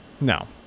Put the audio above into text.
No